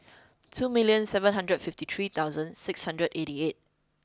two million seven hundred fifty three thousand six hundred eighty eight